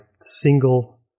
single